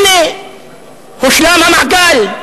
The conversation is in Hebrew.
הנה הושלם המעגל,